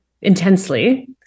intensely